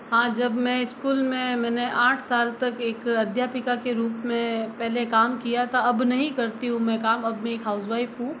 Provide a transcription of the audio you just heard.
हाँ जब मैं स्कूल में मैंने आठ साल तक एक अध्यापिका के रूप में पहले काम किया था अब नही करती हूँ मैं काम अब मैं एक हाउस वाइफ़ हूँ